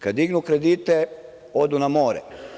Kad dignu kredite, odu na more.